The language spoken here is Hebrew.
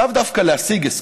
לאו דווקא להשיג הסכם,